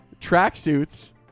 tracksuits